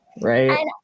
Right